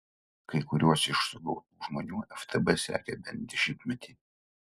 kai kuriuos iš sugautų žmonių ftb sekė bent dešimtmetį